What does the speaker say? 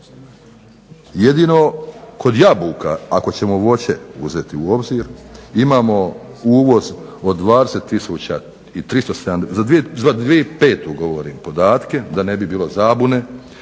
Jedino kod jabuka, ako ćemo voće uzeti u obzir imamo uvoz za 2005. govorim podatke da ne bi bilo zabune